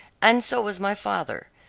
and so was my father.